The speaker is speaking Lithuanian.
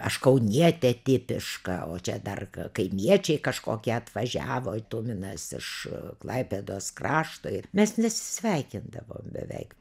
aš kaunietė tipiška o čia dar kaimiečiai kažkokie atvažiavo tuminas iš klaipėdos krašto ir mes nesisveikindavom beveik